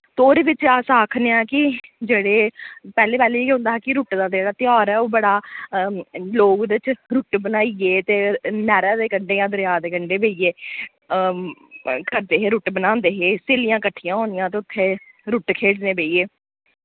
ते ओह्दे विच अस आखनेआं कि जेह्ड़े पैह्ले पैह्ले एह् होंदा हा कि रुट्ट दा जेह्ड़ा त्योहार ऐ ओह् बड़ा लोग उदे च रुट्ट बनाइये ते नैह्रा दे कंडे यां दरया दे कंडे बेइयै करदे हे रुट्ट बनांदे हे सहेलियां कट्ठियां होनियां ते उत्थे रुट्ट खेलने बेइयै